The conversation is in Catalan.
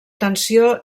tensió